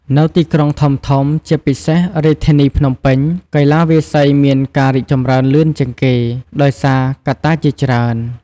នៅទីក្រុងធំៗ ជាពិសេសរាជធានីភ្នំពេញ កីឡាវាយសីមានការរីកចម្រើនលឿនជាងគេ ដោយសារកត្តាជាច្រើន។